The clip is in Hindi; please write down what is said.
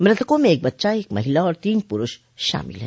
मृतकों में एक बच्चा एक महिला और तीन पुरूष शामिल है